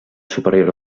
superior